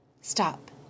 Stop